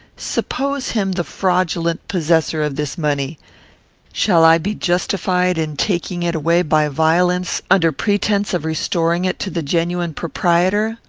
suppose him the fraudulent possessor of this money shall i be justified in taking it away by violence under pretence of restoring it to the genuine proprietor,